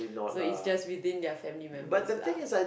so it's just within their family members lah